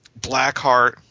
Blackheart